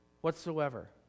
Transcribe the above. Whatsoever